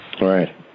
right